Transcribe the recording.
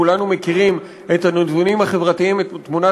כולנו מכירים את הארגונים החברתיים ואת תמונת